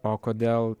o kodėl